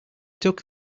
took